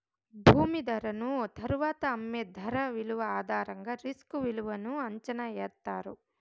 భూమి ధరను తరువాత అమ్మే ధర విలువ ఆధారంగా రిస్క్ విలువను అంచనా ఎత్తారు